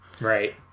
right